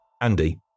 Andy